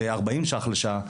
40 ₪ לשעה,